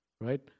right